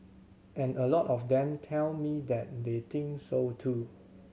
and a lot of them tell me that they think so too